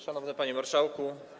Szanowny Panie Marszałku!